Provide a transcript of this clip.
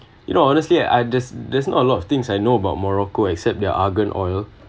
you know honestly I there’s there's not a lot of things I know about morocco except their argan oil